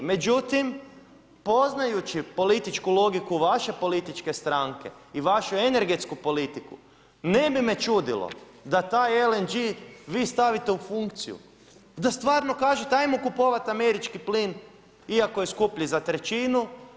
Međutim, poznajući političku logiku vaše političke stranke i vašu energetsku politiku ne bi me čudilo da taj LNG vi stavite u funkciju, da stvarno kažete hajmo kupovati američki plin iako je skuplji za trećinu.